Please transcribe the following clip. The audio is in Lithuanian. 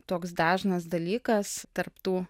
toks dažnas dalykas tarp tų